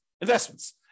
investments